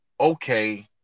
okay